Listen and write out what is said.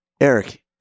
Eric